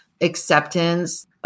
acceptance